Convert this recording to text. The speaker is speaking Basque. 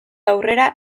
aurrera